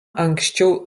anksčiau